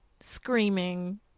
screaming